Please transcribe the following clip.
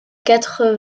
quatre